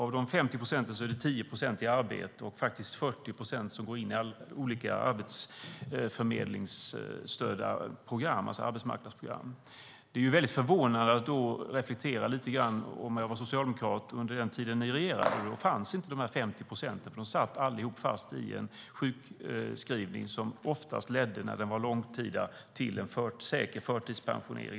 Av dessa 50 procent är 10 procent i arbete, och 40 procent går in i olika arbetsförmedlingsstödjarprogram, alltså arbetsmarknadsprogram. Jag skulle tycka att det vore förvånande att reflektera lite grann, om jag var socialdemokrat, över hur det var under den tid ni regerade. Då fanns inte dessa 50 procent, utan då satt allihop fast i en sjukskrivning som när den var långtida oftast ledde till en säker förtidspensionering.